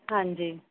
ਹਾਂਜੀ